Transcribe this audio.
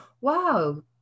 wow